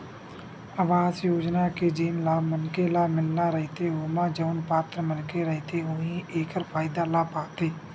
अवास योजना के जेन लाभ मनखे ल मिलना रहिथे ओमा जउन पात्र मनखे रहिथे उहीं ह एखर फायदा ल पाथे